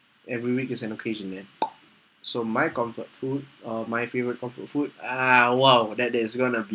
every week is an occasion ah so my comfort food or my favourite comfort food ah !wow! that is going to be